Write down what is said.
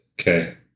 Okay